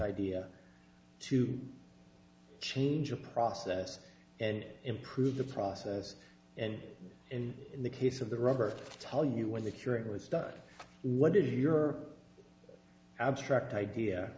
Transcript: idea to change your process and improve the process and in the case of the rubber tell you where the curator was doug what is your abstract idea